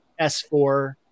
s4